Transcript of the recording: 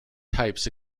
types